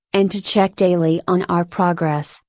and to check daily on our progress,